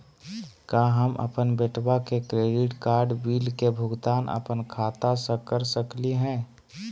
का हम अपन बेटवा के क्रेडिट कार्ड बिल के भुगतान अपन खाता स कर सकली का हे?